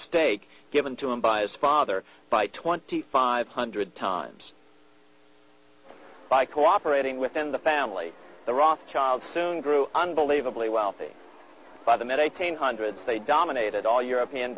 stake given to him by his father by twenty five hundred times by cooperating within the family the rothschild soon grew unbelievably wealthy by the met eighteen hundred they dominated all european